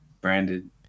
branded